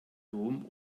dom